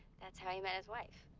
that's how he met his wife.